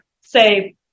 say